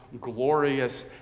glorious